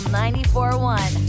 94.1